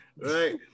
Right